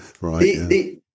Right